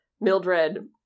Mildred